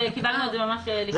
קיבלנו את זה ממש עכשיו.